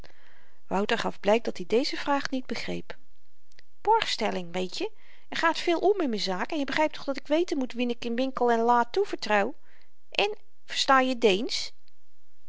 wouter gaf blyk dat-i deze vraag niet begreep borgstelling weetje er gaat veel om in m'n zaak en je begrypt dat ik weten moet wien ik winkel en lâ toevertrouw en versta je deensch